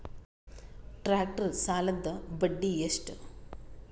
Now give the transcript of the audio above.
Tractor ಸಾಲದ್ದ ಬಡ್ಡಿ ಎಷ್ಟ?